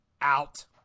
Out